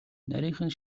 нарийхан